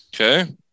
Okay